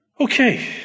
Okay